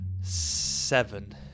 Seven